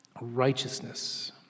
Righteousness